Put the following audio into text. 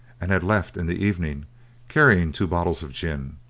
and had left in the evening carrying two bottles of gin.